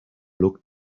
looked